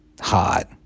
hot